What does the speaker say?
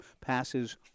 passes